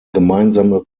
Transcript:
gemeinsame